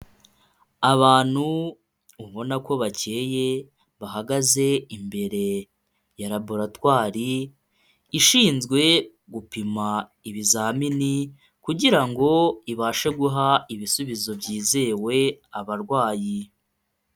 Abantu ubona ko bakeye bahagaze imbere ya raboratwari ishinzwe gupima ibizamini, kugira ngo ibashe guha ibisubizo byizewe abarwayi.